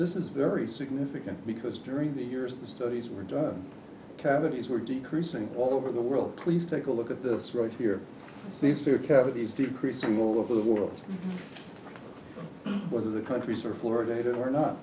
this is very significant because during the years the studies were done cavities were decreasing all over the world please take a look at this right here these two are cavities decreasing all over the world where the countries are florida are not